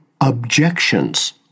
objections